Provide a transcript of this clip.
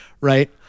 Right